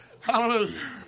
Hallelujah